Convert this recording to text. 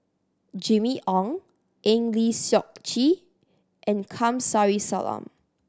Jimmy Ong Eng Lee Seok Chee and Kamsari Salam